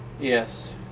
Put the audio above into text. yes